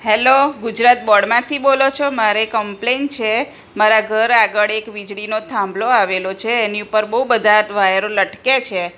hello Gujarat બોર્ડમાંથી બોલો છો મારે કમ્પ્લેઈન્ટ છે મારા ઘર આગળ એક વીજળીનો થાંભલો આવેલો છે એની ઉપર બહુ બધાં વાયરો લટકે છે